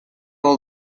all